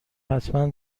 حتما